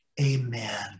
amen